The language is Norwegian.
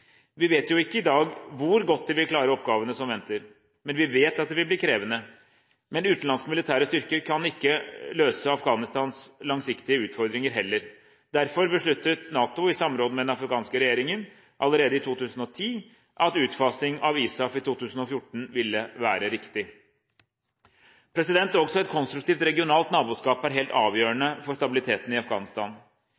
Vi vet jo ikke i dag hvor godt de vil klare oppgavene som venter. Vi vet at det vil bli krevende. Men utenlandske militære styrker kan ikke løse Afghanistans langsiktige utfordringer heller. Derfor besluttet NATO, i samråd med den afghanske regjeringen allerede i 2010, at utfasing av ISAF i 2014 ville være riktig. Også et konstruktivt regionalt naboskap er helt